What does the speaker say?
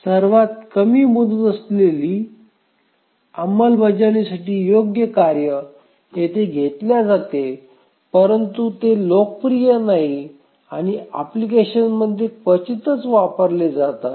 सर्वात कमी मुदत असलेली अंमलबजावणीसाठी योग्य कार्य येथे घेतल्या जाते परंतु ते लोकप्रिय नाही आणि अनुप्रयोगांमध्ये क्वचितच वापरले जाते